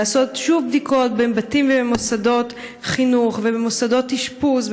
לעשות שוב בדיקות בבתים ובמוסדות חינוך ובמוסדות אשפוז,